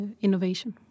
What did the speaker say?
innovation